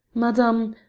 madame,